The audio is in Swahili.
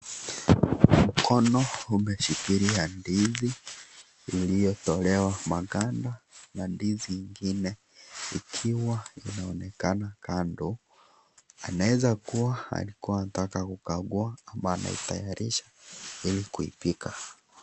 Mkono umeshikilia ndizi ulio tolewa maganda ya ndizi nne, ikiwa inaonekana kando. Anaweza kuwa alikuwa anataka kukagua kama anatayarisha ili kuipika.